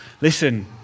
Listen